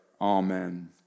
Amen